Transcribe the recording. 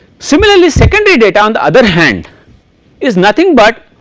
similarly secondary data on the other hand is nothing but.